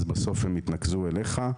בסוף הן יתנקזו אליך.